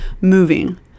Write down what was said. moving